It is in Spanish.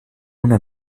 una